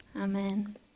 Amen